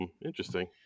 interesting